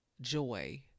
joy